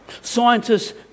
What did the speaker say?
Scientists